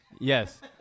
Yes